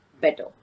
better